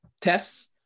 tests